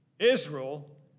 Israel